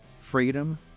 freedom